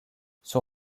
son